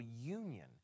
union